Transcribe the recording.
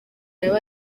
yaba